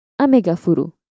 Amegafuru